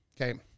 Okay